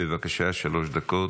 בבקשה, שלוש דקות.